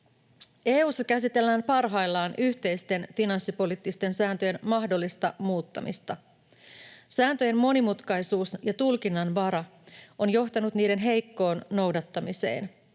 EU:ssa käsitellään parhaillaan yhteisten finanssipoliittisten sääntöjen mahdollista muuttamista. Sääntöjen monimutkaisuus ja tulkinnanvara ovat johtaneet niiden heikkoon noudattamiseen.